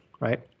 Right